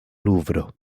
luvro